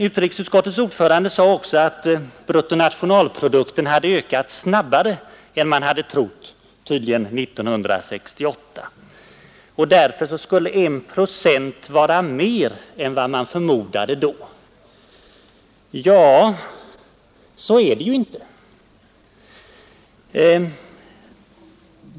Utrikesutskottets ordförande sade vidare att bruttonationalprodukten ökat snabbare än man tydligen hade trott 1968, och därför skulle 1 procent år 1974/75 vara mer än vad man då förmodade. Men så är det ju inte.